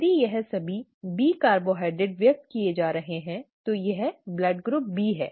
यदि यह सभी B कार्बोहाइड्रेट व्यक्त किया जा रहा है तो यह रक्त समूह B है